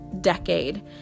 decade